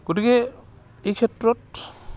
গতিকে এই ক্ষেত্ৰত